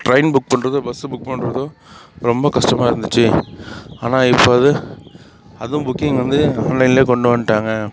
train book பண்ணுறதும் bus book பண்ணுறதும் ரொம்ப கஷ்டமாக இருந்துச்சு ஆனால் இப்போ அது அதுவும் புக்கிங் வந்து ஆன்லைன்லேயே கொண்டு வந்துட்டாங்க